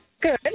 Good